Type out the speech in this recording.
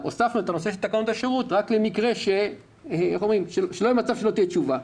הוספנו את תקנות השירות רק כדי שלא יהיה מצב שאין תשובה,